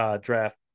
draft